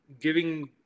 giving